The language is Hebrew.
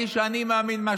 גם היום,